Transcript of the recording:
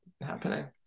happening